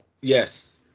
Yes